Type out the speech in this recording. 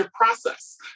process